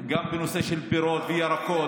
גם בנושא של פירות וירקות.